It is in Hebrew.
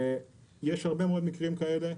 יש הרבה מאוד מקרים כאלה.